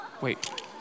wait